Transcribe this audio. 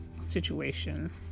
situation